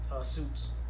suits